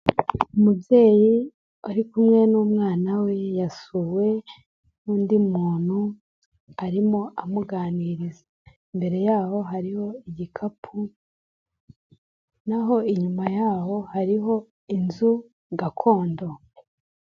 Umubyeyi ari kumwe n'umwana we yasuwe, n'undi muntu, arimo amuganiriza. Imbere yaho hariho igikapu, naho inyuma yaho hariho inzu gakondo.